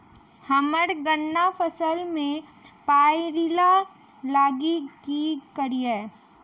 हम्मर गन्ना फसल मे पायरिल्ला लागि की करियै?